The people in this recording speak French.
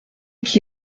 qui